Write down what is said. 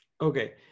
Okay